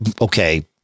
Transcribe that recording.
okay